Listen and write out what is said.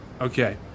okay